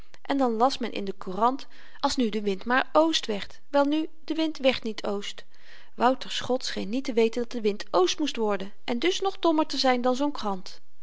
en dan las men in de courant als nu de wind maar oost werd welnu de wind werd niet oost wouter's god scheen niet te weten dat de wind oost worden moest en dus nog dommer te zyn dan zoo'n krant